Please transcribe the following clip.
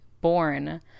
born